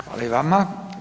Hvala i vama.